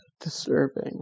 disturbing